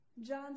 John